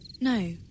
no